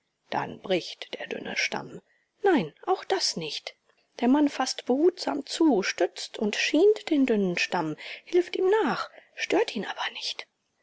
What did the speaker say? dann bricht der dünne stamm nein auch das nicht der mann faßt behutsam zu stützt und schient den dünnen stamm hilft ihm nur stört ihn aber nicht